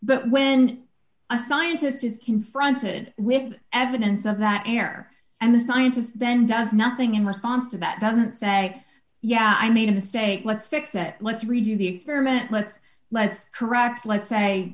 but when a scientist is confronted with evidence of that air and the scientist then does nothing in response to that doesn't say yeah i made a mistake let's fix that let's redo the experiment let's let's correct let's say